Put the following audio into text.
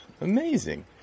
amazing